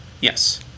yes